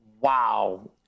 Wow